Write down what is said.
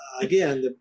again